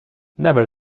never